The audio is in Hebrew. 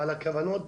הכוונות,